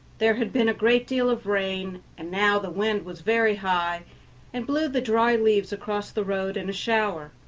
there had been a great deal of rain, and now the wind was very high and blew the dry leaves across the road in a shower.